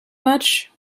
much